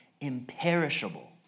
imperishable